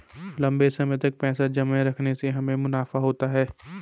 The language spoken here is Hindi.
लंबे समय तक पैसे जमा रखने से हमें मुनाफा होता है